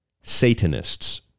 Satanists